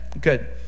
good